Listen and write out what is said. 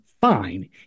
fine